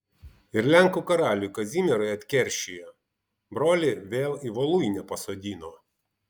ir lenkų karaliui kazimierui atkeršijo brolį vėl į voluinę pasodino